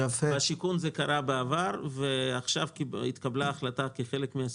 במשרד השיכון זה קרה בעבר ועכשיו התקבלה החלטה כחלק מן